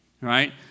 right